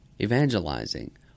evangelizing